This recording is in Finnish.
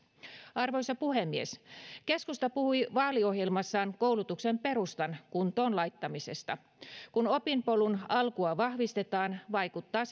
arvoisa puhemies keskusta puhui vaaliohjelmassaan koulutuksen perustan kuntoon laittamisesta kun opinpolun alkua vahvistetaan vaikuttaa